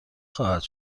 خواهد